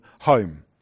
home